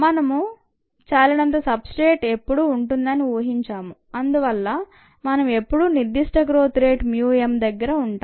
మనం చాలినంత substrate ఎప్పుడూ ఉంటుందని ఊహించాము అందువల్ల మనం ఎప్పుడూ నిర్థిష్ట గ్రోత్ రేటుకు mu m దగ్గర ఉంటాం